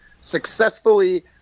successfully